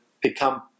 become